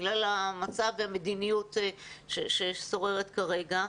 בגלל המצב והמדיניות ששוררת כרגע.